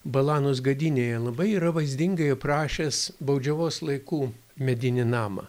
balanos gadynėje labai yra vaizdingai aprašęs baudžiavos laikų medinį namą